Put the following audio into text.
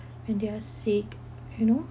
and they are sick you know